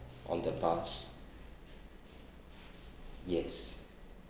on the bus yes